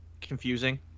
confusing